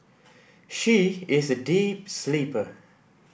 she is a deep sleeper